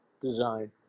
design